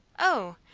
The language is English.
oh!